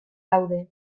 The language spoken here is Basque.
daude